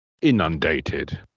Inundated